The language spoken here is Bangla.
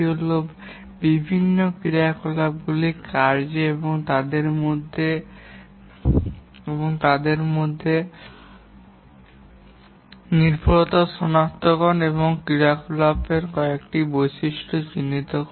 গুরুত্বপূর্ণ বৈশিষ্ট্যগুলির মধ্যে একটি হল বিভিন্ন ক্রিয়াকলাপগুলির কার্য এবং তাদের মধ্যে নির্ভরতা সনাক্তকরণ এবং ক্রিয়াকলাপের কয়েকটি বৈশিষ্ট্য চিহ্নিত করা